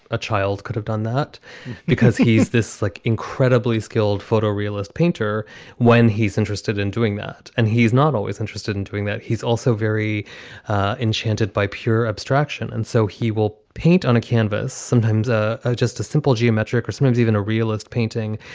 a child could have done that because he's this slick, incredibly skilled photo realist painter when he's interested in doing that. and he's not always interested in doing that. he's also very enchanted by pure abstraction. and so he will paint on a canvas, sometimes just a simple geometric or sometimes even a realist painting,